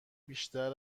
بیشتر